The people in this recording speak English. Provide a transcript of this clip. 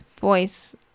voice